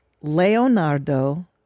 Leonardo